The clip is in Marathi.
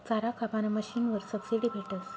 चारा कापाना मशीनवर सबशीडी भेटस